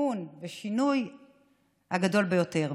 תיקון ושינוי הגדולה ביותר.